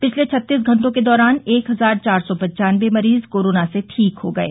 पिछले छत्तीस घंटों के दौरान एक हजार चार सौ पन्चानबे मरीज कोरोना से ठीक हो गये